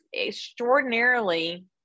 extraordinarily